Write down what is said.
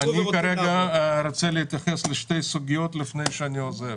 אני כרגע רוצה להתייחס לשתי סוגיות לפני שאני עוזב.